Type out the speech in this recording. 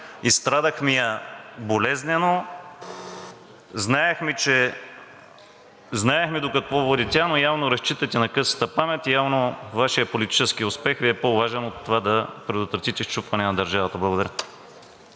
изстрадахме я болезнено, знаехме до какво води тя, но явно разчитате на късата памет и явно Вашият политически успех Ви е по-важен от това да предотвратите счупване на държавата. Благодаря.